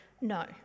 No